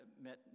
met